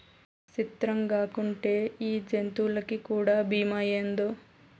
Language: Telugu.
సిత్రంగాకుంటే ఈ జంతులకీ కూడా బీమా ఏందో